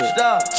Stop